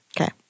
Okay